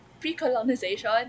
pre-colonization